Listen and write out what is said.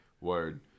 Word